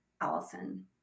Allison